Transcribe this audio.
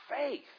faith